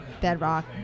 Bedrock